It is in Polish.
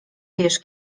wiesz